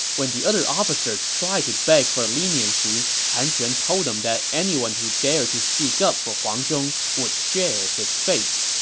when the other officers tried to beg for leniency, han xuan told them that anyone who dared to speak up for huang zhong would share his fate.